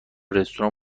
رستوران